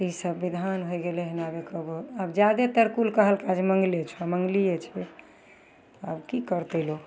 तऽ ईसब विधान होइ गेलय हइ आब जादेतर कुल कहलकऽ जे मंगली छह मंगलिये छै तऽ आब की करतय लोक